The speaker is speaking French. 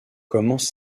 commence